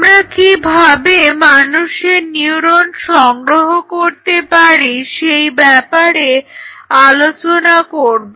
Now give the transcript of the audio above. আমরা কিভাবে মানুষের নিউরন সংগ্রহ করতে পারি সেই ব্যাপারে আলোচনা করব